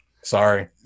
sorry